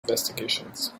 investigations